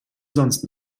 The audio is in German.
sonst